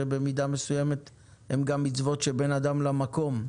שבמידה מסוימת הן מצוות שבין אדם למקום.